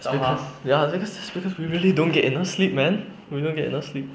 because ya just because because we really don't get enough sleep man we don't get enough sleep